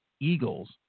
Eagles